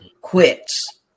quits